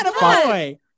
boy